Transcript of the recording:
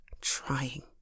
trying